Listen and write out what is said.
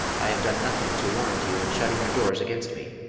i have done nothing to warrant you in shutting your doors against me.